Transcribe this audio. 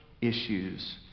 issues